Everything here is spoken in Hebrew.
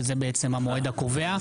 שזה בעצם המועד הקובע,